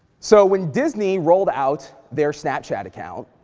so when disney rolled out their snapchat account,